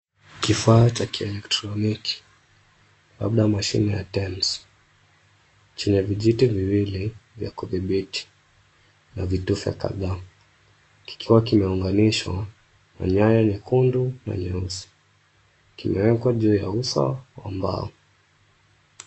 Kifaa cha kielektroniki, labda mashine ya Tens, chenye vijiti viwili vya kuthibiti na vitufe kadhaa kikiwa kimeunganishwa na nyaya nyekundu na nyeusi. Kimewekwa juu ya uso wa mbao.